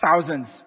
thousands